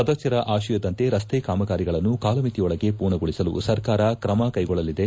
ಸದಸ್ಯರ ಆತಯದಂತೆ ರಸ್ತೆ ಕಾಮಗಾರಿಗಳನ್ನು ಕಾಲಮಿತಿಯೊಳಗೆ ಪೂರ್ಣಗೊಳಿಸಲು ಸರ್ಕಾರ ಕ್ರಮ ಕೈಗೊಳ್ಳಲಿದೆ